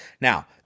Now